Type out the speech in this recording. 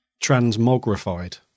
transmogrified